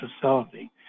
facility